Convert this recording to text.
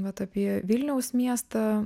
vat apie vilniaus miestą